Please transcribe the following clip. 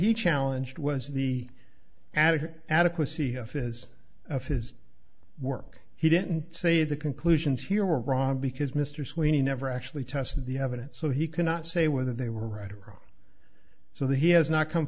he challenged was the added adequacy of his of his work he didn't say the conclusions here were wrong because mr sweeney never actually tested the evidence so he cannot say whether they were right or wrong so that he has